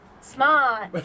smart